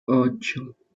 ocho